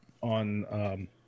on